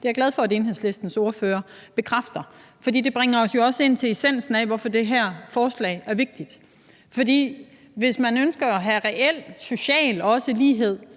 Det er jeg glad for at Enhedslistens ordfører bekræfter. For det bringer os jo også ind til essensen af, hvorfor det her forslag er vigtigt. For hvis man ønsker at have reel lighed,